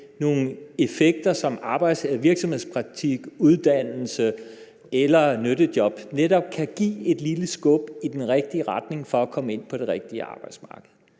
nogle effekter som virksomhedspraktik, uddannelse eller nyttejob netop kan give et lille skub i den rigtige retning til at komme ind på det rigtige arbejdsmarked.